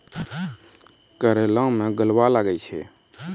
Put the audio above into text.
करेला मैं गलवा लागे छ?